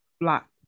Black